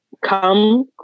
come